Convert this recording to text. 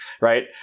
right